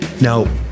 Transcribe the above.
Now